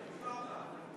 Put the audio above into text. אני כבר בא.